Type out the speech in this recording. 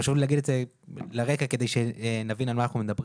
חשוב לי לומר את הרקע כדי שנבין על מה אנחנו מדברים.